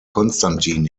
constantin